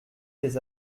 des